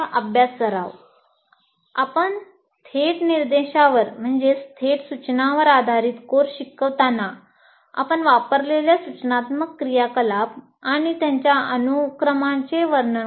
अभ्यास आपण थेट निर्देशांवर आधारित कोर्स शिकवताना आपण वापरलेल्या सूचनात्मक क्रियाकलाप आणि त्यांच्या अनुक्रमांचे वर्णन करा